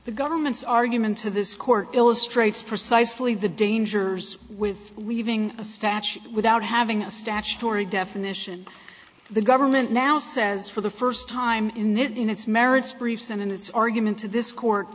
the government's argument to this court illustrates precisely the dangers with leaving a statute without having a statutory definition the government now says for the first time in this in its merits briefs and in its argument to this court